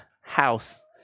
house